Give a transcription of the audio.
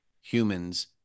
humans